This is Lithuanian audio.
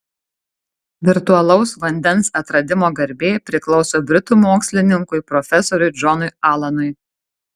virtualaus vandens atradimo garbė priklauso britų mokslininkui profesoriui džonui alanui